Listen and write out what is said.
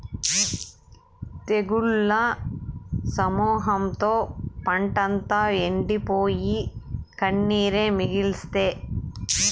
తెగుళ్ల సమూహంతో పంటంతా ఎండిపోయి, కన్నీరే మిగిల్సే